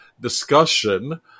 discussion